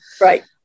Right